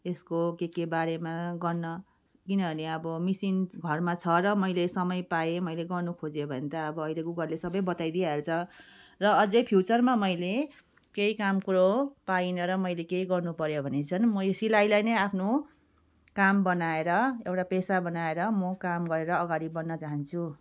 यसको के के बारेमा गर्न किनभने अब मिसिन घरमा छ र मैले समय पाएँ मैले गर्नु खोजेँ भने त अब अहिले गुगलले सबै बताइदिइहाल्छ र अझै फ्युचरमा मैले केही काम कुरो पाइनँ र मैले केही गर्नुपऱ्यो भने चाहिँ म यो सिलाइलाई नै आफ्नो काम बनाएर एउटा पेसा बनाएर म काम गरेर अगाडि बढ्न चाहन्छु